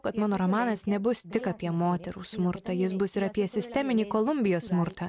kad mano romanas nebus tik apie moterų smurtą jis bus ir apie sisteminį kolumbijos smurtą